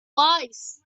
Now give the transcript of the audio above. wise